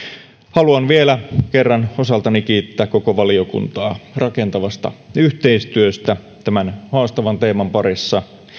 haluan vielä kerran osaltani kiittää koko valiokuntaa rakentavasta yhteistyöstä tämän haastavan teeman parissa